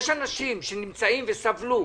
יש אנשים שנמצאים וסבלו,